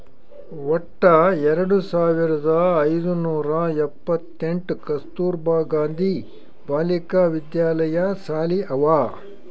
ವಟ್ಟ ಎರಡು ಸಾವಿರದ ಐಯ್ದ ನೂರಾ ಎಪ್ಪತ್ತೆಂಟ್ ಕಸ್ತೂರ್ಬಾ ಗಾಂಧಿ ಬಾಲಿಕಾ ವಿದ್ಯಾಲಯ ಸಾಲಿ ಅವಾ